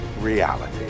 reality